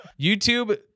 YouTube